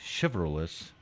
chivalrous